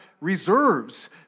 reserves